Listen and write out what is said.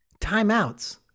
Timeouts